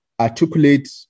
articulate